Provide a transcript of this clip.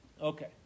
Okay